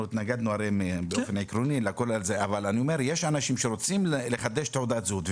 אנחנו התנגדנו באופן עקרוני אבל יש אנשים שרוצים לחדש תעודת זהות,